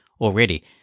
already